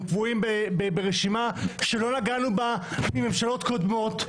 הם קבועים ברשימה שלא נגענו בה מממשלות קודמות.